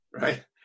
Right